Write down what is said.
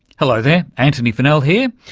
hello there, antony funnell here,